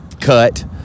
Cut